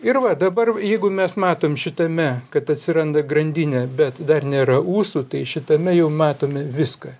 ir va dabar jeigu mes matom šitame kad atsiranda grandinė bet dar nėra ūsų tai šitame jau matome viską